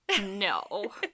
No